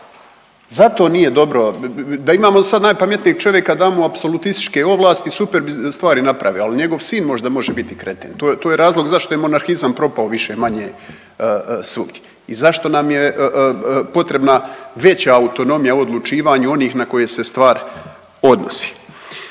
Zato nije dobro da imamo sad najpametnijeg čovjeka, damo mu apsolutističke ovlasti, super bi stvari napravili. Ali njegov sin možda može biti kreten. To je razlog zašto je monarhizam propao više-manje svugdje i zašto nam je potrebna veća autonomija u odlučivanju onih na koje se stvar odnosi.